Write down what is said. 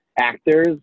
actors